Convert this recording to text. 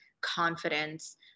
confidence